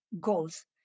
goals